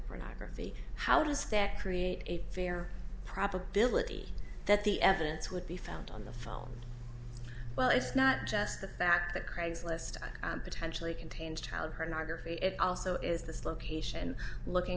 pornography how does that create a fair probability that the evidence would be found on the phone well it's not just the fact that craigslist potentially contains child pornography it also is this location looking